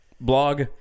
blog